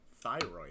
thyroid